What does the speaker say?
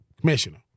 Commissioner